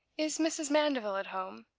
is mrs. mandeville at home?